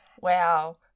wow